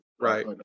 Right